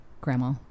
Grandma